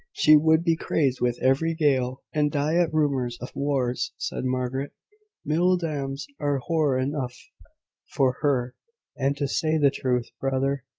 she would be crazed with every gale, and die at rumours of wars said margaret mill-dams are horror enough for her and, to say the truth, brother,